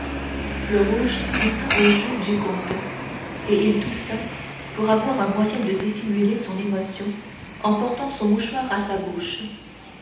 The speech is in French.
le rouge monta aux joues du comte et il toussa pour avoir un moyen de dissimuler son émotion en portant son mouchoir à sa bouche